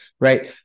right